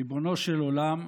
ריבונו של עולם,